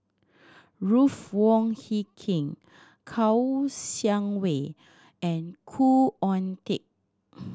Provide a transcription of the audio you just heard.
Ruth Wong Hie King Kouo Shang Wei and Khoo Oon Teik